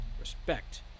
Respect